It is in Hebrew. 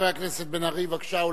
חבר הכנסת בן-ארי, בבקשה.